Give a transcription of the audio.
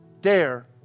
Dare